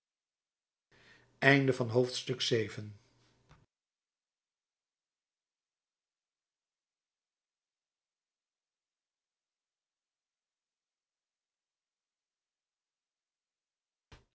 einde van het